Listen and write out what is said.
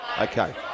Okay